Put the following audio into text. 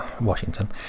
Washington